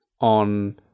on